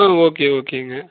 ஆ okay ஓகேங்க